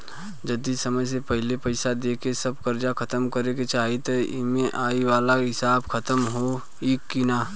जदी समय से पहिले पईसा देके सब कर्जा खतम करे के चाही त ई.एम.आई वाला हिसाब खतम होइकी ना?